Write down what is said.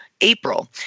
April